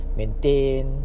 maintain